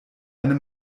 eine